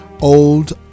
Old